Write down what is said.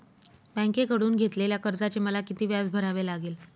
बँकेकडून घेतलेल्या कर्जाचे मला किती व्याज भरावे लागेल?